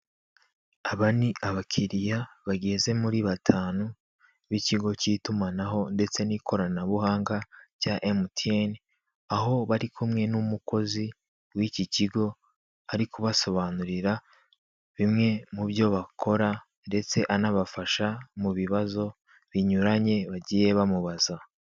Aba ni abakiriya bageze muri batanu b'ikigo cy'itumanaho ndetse n'ikoranabuhanga cya emutiyeni. Aho bari kumwe n'umukozi w'icyi kigo, ari kubasobanurira bimwe mu byo bakora ndetse anabafasha mu bibazo binyuranye bagiye bamubaza.